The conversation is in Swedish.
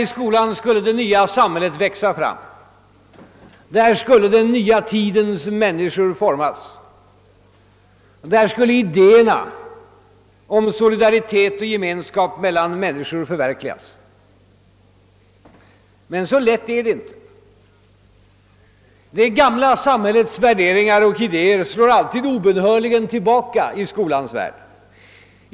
I skolan skulle det nya samhället växa fram, där skulle den nya tidens människor formas, där skulle idéerna om solidaritet och gemenskap mellan människor förverkligas. Men så lätt är det inte. Det gamla samhällets värderingar och idéer slår alltid obönhörligen tillbaka i skolans värld.